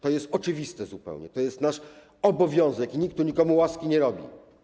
To jest oczywiste zupełnie, to jest nasz obowiązek i nikt tu nikomu łaski nie robi.